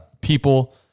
people